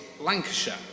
Lancashire